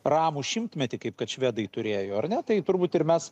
ramų šimtmetį kaip kad švedai turėjo ar ne tai turbūt ir mes